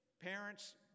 parents